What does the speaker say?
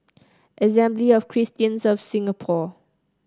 Assembly of Christians of Singapore